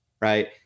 right